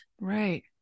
Right